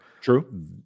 true